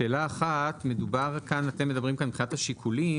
שאלה אחת, אתם מדברים כאן מבחינת השיקולים,